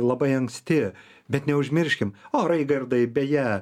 labai anksti bet neužmirškim o raigardai beje